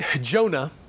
Jonah